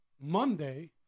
Monday